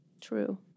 True